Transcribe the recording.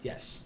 Yes